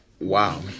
Wow